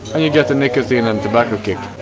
and you get a nicotine and tobacco kick.